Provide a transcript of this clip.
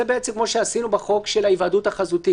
בעצם כמו שעשינו בחוק של ההיוועדות החזותית,